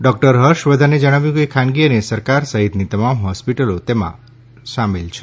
doctor Harsh વર્ધને જણાવ્યું કે ખાનગી અને સરકાર સહિતની તમામ હોસ્પિટલો તેમાં સામેલ છે